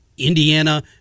Indiana